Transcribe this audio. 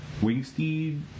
Wingsteed